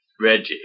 Reggie